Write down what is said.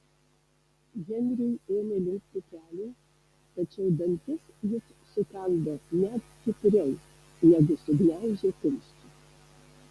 henriui ėmė linkti keliai tačiau dantis jis sukando net stipriau negu sugniaužė kumščius